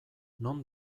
non